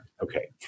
Okay